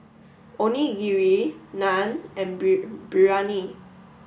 Onigiri Naan and Biryani